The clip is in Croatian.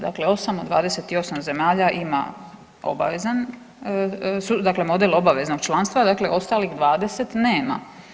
Dakle 8 od 28 zemalja ima obavezan, dakle model obaveznog članstva, dakle ostalih 20 nema.